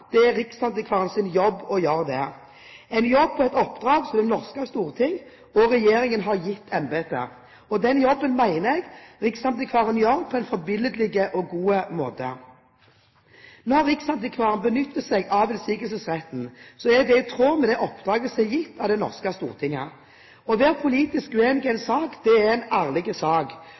Det er riksantikvarens jobb å gjøre det, en jobb og et oppdrag som Det norske storting og regjeringen har gitt embetet. Den jobben mener jeg riksantikvaren gjør på en forbilledlig og god måte. Når riksantikvaren benytter seg av innsigelsesretten, er det i tråd med det oppdrag som er gitt av Det norske storting. Å være politisk uenig i en sak er en ærlig sak.